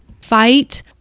fight